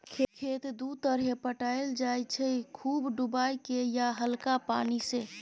खेत दु तरहे पटाएल जाइ छै खुब डुबाए केँ या हल्का पानि सँ